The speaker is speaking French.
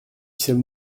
sommes